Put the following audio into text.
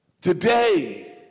Today